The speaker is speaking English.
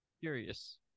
curious